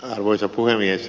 arvoisa puhemies